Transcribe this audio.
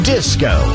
Disco